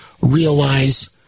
realize